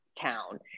town